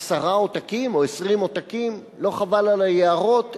עשרה עותקים או 20 עותקים, לא חבל על היערות?